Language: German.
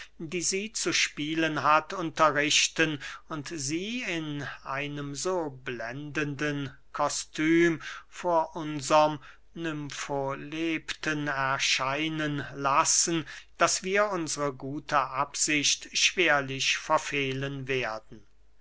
die sie zu spielen hat unterrichten und sie in einem so blendenden kostum vor unserm nymfolepten erscheinen lassen daß wir unsre gute absicht schwerlich verfehlen werden